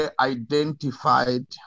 identified